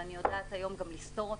ואני יודעת היום גם לפתור אותה.